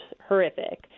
horrific